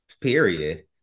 period